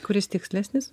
kuris tikslesnis